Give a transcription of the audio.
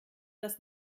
das